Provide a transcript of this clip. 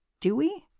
do we